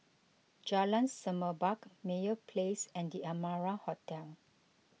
Jalan Semerbak Meyer Place and the Amara Hotel